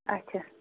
اَچھا